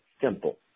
Simple